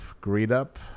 greet-up